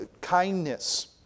kindness